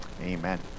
Amen